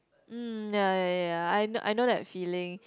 mm ya ya ya I kno~ I know that feeling